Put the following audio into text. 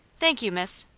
thank you, miss.